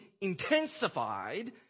intensified